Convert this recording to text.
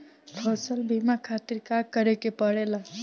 फसल बीमा खातिर का करे के पड़ेला?